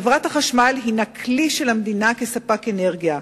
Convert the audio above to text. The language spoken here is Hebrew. חברת החשמל הינה כלי של המדינה כספק אנרגיה.